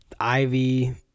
ivy